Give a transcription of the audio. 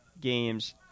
games